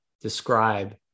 describe